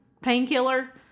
painkiller